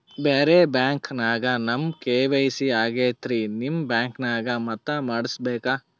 ಬ್ಯಾರೆ ಬ್ಯಾಂಕ ನ್ಯಾಗ ನಮ್ ಕೆ.ವೈ.ಸಿ ಆಗೈತ್ರಿ ನಿಮ್ ಬ್ಯಾಂಕನಾಗ ಮತ್ತ ಮಾಡಸ್ ಬೇಕ?